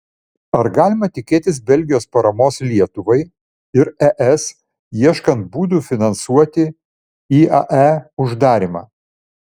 ar galima tikėtis belgijos paramos lietuvai ir es ieškant būdų finansuoti iae uždarymą